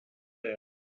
there